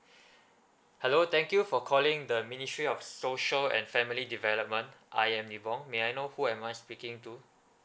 hello thank you for calling the ministry of social and family development I am nibong may I know who am I speaking to